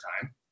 time